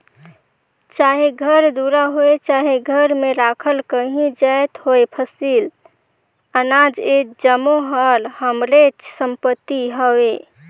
चाहे घर दुरा होए चहे घर में राखल काहीं जाएत होए फसिल, अनाज ए जम्मो हर हमरेच संपत्ति हवे